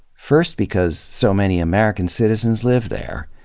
first because so many american citizens live there.